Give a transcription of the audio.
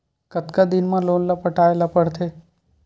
कतका दिन मा लोन ला पटाय ला पढ़ते?